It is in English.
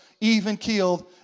Even-keeled